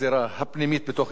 וגם בזירה הבין-לאומית,